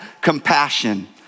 compassion